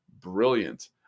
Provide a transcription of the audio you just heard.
brilliant